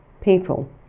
people